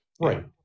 Right